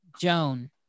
Joan